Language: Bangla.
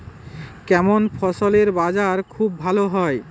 কেমন ফসলের বাজার খুব ভালো হয়?